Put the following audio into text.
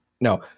no